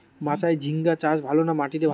মাচায় ঝিঙ্গা চাষ ভালো না মাটিতে ভালো?